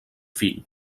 fill